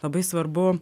labai svarbu